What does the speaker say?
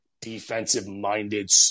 defensive-minded